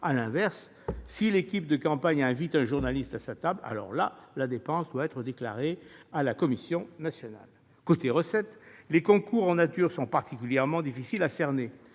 À l'inverse, si l'équipe de campagne invite un journaliste à sa table, la dépense doit être déclarée à la CNCCFP. Côté recettes, les « concours en nature » sont particulièrement difficiles à cerner.